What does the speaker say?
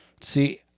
See